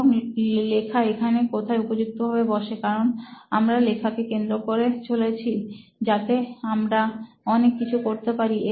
এবং লেখা এখানে কোথায় উপযুক্তভাবে বসে কারণ আমরা লেখা কে কেন্দ্র ধরে চলেছি যাতে আমরা অনেক কিছু করতে পারি